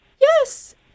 Yes